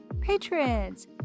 patrons